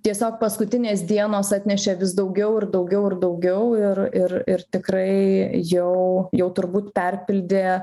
tiesiog paskutinės dienos atnešė vis daugiau ir daugiau ir daugiau ir ir ir tikrai jau jau turbūt perpildė